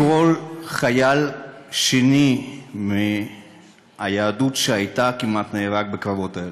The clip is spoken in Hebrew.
כמעט כל חייל שני מהיהדות שהייתה נהרג בקרבות האלה.